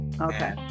Okay